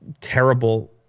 terrible